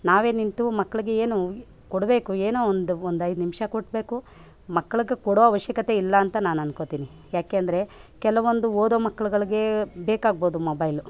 ನಾವೇ ನಿಂತು ಮಕ್ಕಳಿಗೆ ಏನು ಕೊಡಬೇಕು ಏನೋ ಒಂದು ಒಂದು ಐದು ನಿಮಿಷ ಕೊಡಬೇಕು ಮಕ್ಕಳಿಗೆ ಕೊಡೊ ಅವಶ್ಯಕತೆಯಿಲ್ಲ ಅಂತ ನಾನು ಅಂದ್ಕೊಳ್ತೀನಿ ಏಕೆ ಅಂದರೆ ಕೆಲವೊಂದು ಓದೋ ಮಕ್ಕಳುಗಳಿಗೆ ಬೇಕಾಗ್ಬೋದು ಮೊಬೈಲು